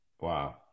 Wow